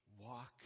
walk